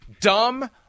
dumb